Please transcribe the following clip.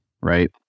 Right